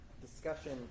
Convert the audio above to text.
discussion